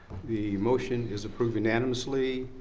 the motion is approved unanimously.